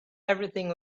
everything